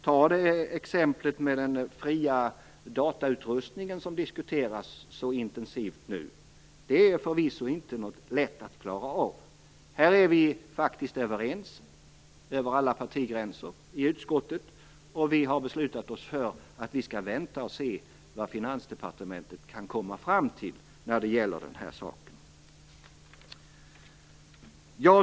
Tag exemplet med den fria datautrustningen, som nu diskuteras så intensivt. Det är förvisso inte något lätt att klara av. I den frågan är vi faktiskt överens i utskottet, över alla partigränser, och vi har beslutat oss för att vi skall vänta och se vad Finansdepartementet kan komma fram till i den här saken.